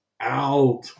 out